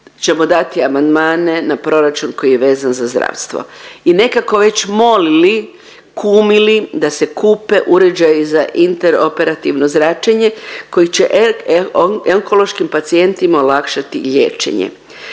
ćemo dati amandmane na proračun koji je vezan za zdravstvo. I nekako već molili, kumili da se kupe uređaji za interoperativno zračenje koji će onkološkim pacijentima olakšati liječenje.